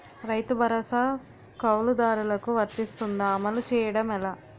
రైతు భరోసా కవులుదారులకు వర్తిస్తుందా? అమలు చేయడం ఎలా